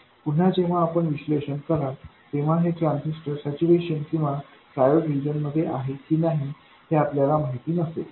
पुन्हा जेव्हा आपण विश्लेषण कराल तेव्हा हे ट्रांजिस्टर सैच्यूरेशन किंवा ट्राइओड रिजन मध्ये आहे की नाही हे आपल्याला माहिती नसेल